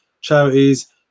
charities